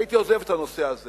הייתי עוזב את הנושא הזה